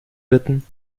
bitten